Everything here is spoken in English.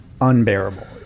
unbearable